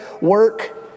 work